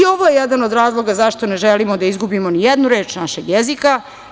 Ovo je jedan od razloga zašto ne želimo da izgubimo ni jednu reč našeg jezika.